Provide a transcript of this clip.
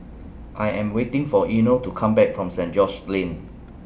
I Am waiting For Eino to Come Back from Saint George's Lane